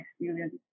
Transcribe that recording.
experience